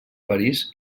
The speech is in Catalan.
parís